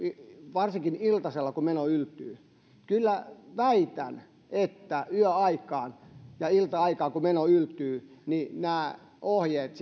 varsinkin iltasella kun meno yltyy kyllä väitän että yöaikaan ja ilta aikaan kun meno yltyy nämä ohjeet